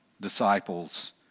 disciples